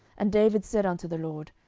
and david said unto the lord,